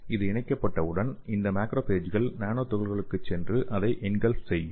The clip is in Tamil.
இது இணைக்கப்பட்டவுடன் இந்த மேக்ரோபேஜ்கள் நானோ துகள்களுக்குச் சென்று அதை என்கல்ப் செய்யும்